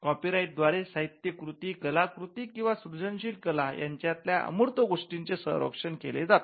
copyright द्वारे साहित्यकृती कलाकृती किंवा सृजनशील कला यांच्यातल्या अमूर्त गोष्टींचे रक्षण केले जाते